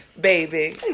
Baby